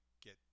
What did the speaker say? get